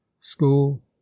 school